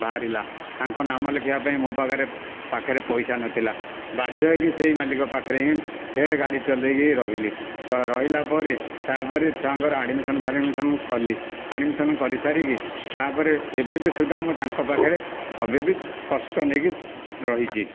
ବାହାରିଲା ତାଙ୍କ ନାମ ଲେଖାଇବା ପାଇଁ ମୋ ପାଖରେ ପାଖରେ ପଇସା ନଥିଲା ବାଧ୍ୟ ହୋଇକି ସେହି ମାଲିକ ପାଖରେ ହିଁ ଫେର ଗାଡ଼ି ଚଲାଇକି ରହିଲି ଚ ରହିଲା ପରେ ତା'ପରେ ଛୁଆଙ୍କର ଆଡ଼ମିସନ ଫାଡମିଶନ କଲି ଆଡ଼ମିସନ କରି ସାରିକି ତା'ପରେ ଏବେ ବି ସୁଦ୍ଧା ମୁଁ ତାଙ୍କ ପାଖରେ ଏବେ ବି କଷ୍ଟ ନେଇକି ରହିଛି